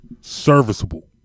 Serviceable